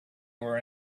were